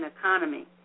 economy